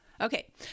Okay